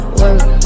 work